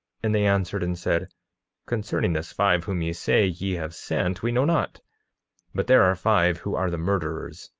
and they answered and said concerning this five whom ye say ye have sent, we know not but there are five who are the murderers,